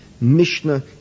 Mishnah